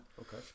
Okay